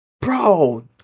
Bro